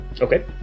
Okay